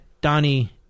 Donnie